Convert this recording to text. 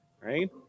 right